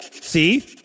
See